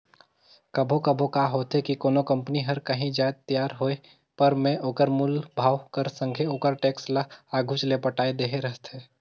कभों कभों का होथे कि कोनो कंपनी हर कांही जाएत तियार होय पर में ओकर मूल भाव कर संघे ओकर टेक्स ल आघुच ले पटाए देहे रहथे